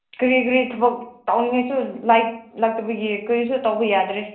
ꯀꯔꯤ ꯀꯔꯤ ꯊꯕꯛ ꯇꯧꯅꯤꯡꯉꯁꯨ ꯂꯥꯏꯠ ꯂꯥꯛꯇꯕꯒꯤ ꯀꯔꯤꯁꯨ ꯇꯧꯕ ꯌꯥꯗ꯭ꯔꯦ